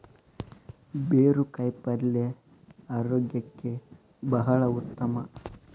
ಬೇರು ಕಾಯಿಪಲ್ಯ ಆರೋಗ್ಯಕ್ಕೆ ಬಹಳ ಉತ್ತಮ